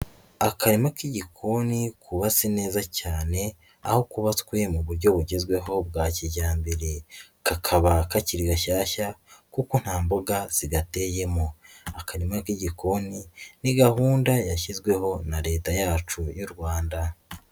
Akarima k'igikoni kubabatse neza cyane aho kuba twe mu buryo bugezweho bwa kijyambere, kakaba kakiri gashyashya kuko nta mboga zigateyemo, akarima k'igikoni ni gahunda yashyizweho na Leta yacu y'u Rwanda.